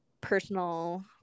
personal